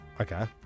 Okay